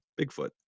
Bigfoot